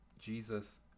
Jesus